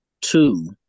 Two